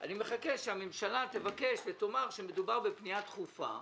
אני מחכה שהממשלה תבקש ותאמר שמדובר בפנייה דחופה,